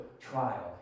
trial